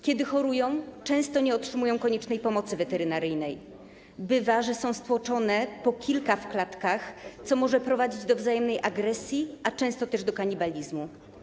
Kiedy chorują, często nie otrzymują koniecznej pomocy weterynaryjnej, bywa, że są stłoczone po kilka w klatkach, co może prowadzić do wzajemnej agresji, a często też do kanibalizmu.